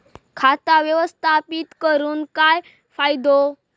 खाता व्यवस्थापित करून काय फायदो?